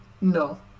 No